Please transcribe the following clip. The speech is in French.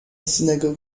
synagogue